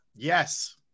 Yes